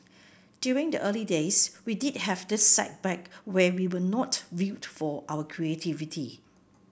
during the early days we did have this setback where we were not viewed for our creativity